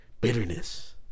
bitterness